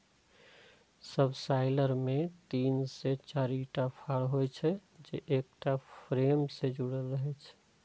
subsoiler मे तीन से चारिटा फाड़ होइ छै, जे एकटा फ्रेम सं जुड़ल रहै छै